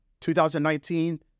2019